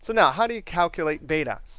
so now, how do you calculate beta?